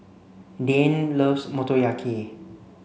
Dayne loves Motoyaki